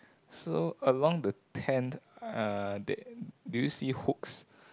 so along the tent uh there do you see hooks